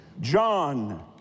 John